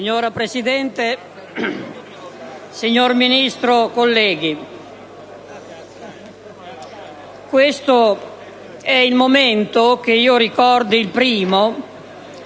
Signora Presidente, signor Ministro, colleghi, questo è il momento (il primo,